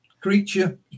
creature